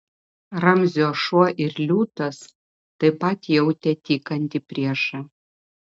ramzio šuo ir liūtas taip pat jautė tykantį priešą